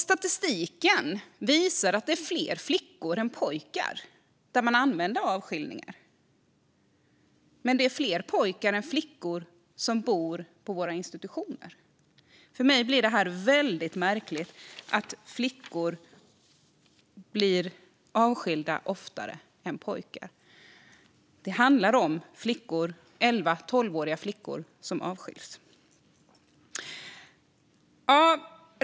Statistiken visar att det är fler flickor än pojkar där man använder avskiljningar, men det är fler pojkar än flickor som bor på våra institutioner. För mig blir det väldigt märkligt att flickor blir avskilda oftare än pojkar. Det handlar om elva och tolvåriga flickor som avskils.